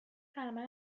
همه